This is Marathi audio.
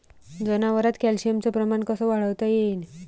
जनावरात कॅल्शियमचं प्रमान कस वाढवता येईन?